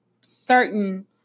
certain